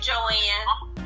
Joanne